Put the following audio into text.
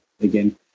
again